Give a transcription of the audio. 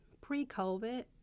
pre-COVID